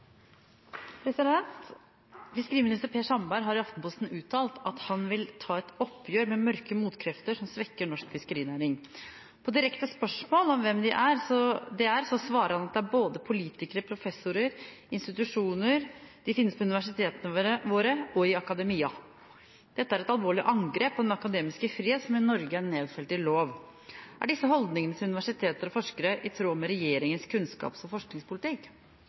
har i Aftenposten uttalt at han vil ta et oppgjør med «mørke motkrefter» som svekker norsk fiskerinæring. På direkte spørsmål om hvem det er, svarer han at det er både «politikere, professorer, institusjoner, de finnes på universitetene våre og i akademia». Dette er et alvorlig angrep på den akademiske frihet som i Norge er nedfelt i lov. Er disse holdningene til universiteter og forskere i tråd med regjeringens kunnskaps- og forskningspolitikk?»